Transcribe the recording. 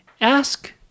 Ask